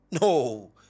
No